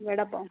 vada pav